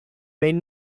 made